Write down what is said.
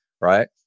right